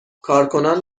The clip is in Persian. کارکنان